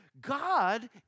God